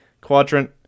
Quadrant